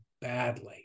badly